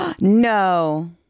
No